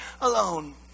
alone